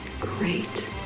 Great